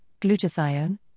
glutathione